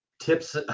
tips